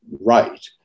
right